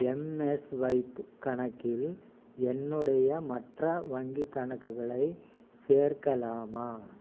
எம்எஸ்வைப் கணக்கில் என்னுடைய மற்ற வங்கிக் கணக்குகளை சேர்க்கலாமா